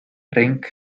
ring